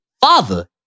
father